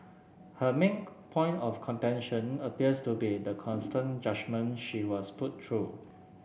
her main point of contention appears to be the constant judgement she was put through